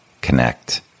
connect